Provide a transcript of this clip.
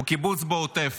הוא קיבוץ בעוטף,